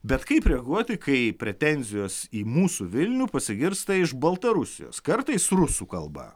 bet kaip reaguoti kai pretenzijos į mūsų vilnių pasigirsta iš baltarusijos kartais rusų kalba